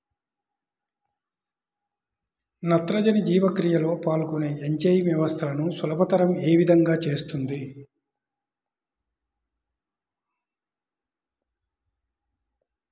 నత్రజని జీవక్రియలో పాల్గొనే ఎంజైమ్ వ్యవస్థలను సులభతరం ఏ విధముగా చేస్తుంది?